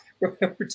remember